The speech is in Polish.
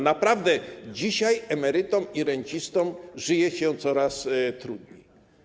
Naprawdę dzisiaj emerytom i rencistom żyje się coraz trudniej.